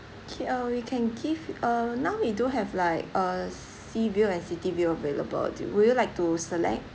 okay uh we can give uh now we do have like uh sea view and city view available do would you like to select